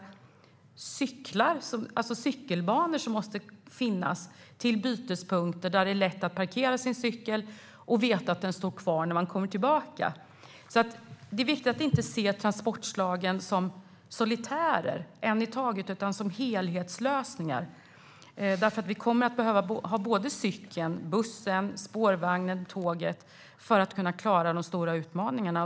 Vi behöver även cyklar, och det måste finnas cykelbanor som går till bytespunkter där det är lätt att parkera sin cykel och där man vet att den står kvar när man kommer tillbaka. Det är viktigt att inte se transportslagen som solitärer, ett i taget, utan som helhetslösningar. Vi kommer att behöva ha cykeln, bussen, spårvagnen och tåget för att kunna klara de stora utmaningarna.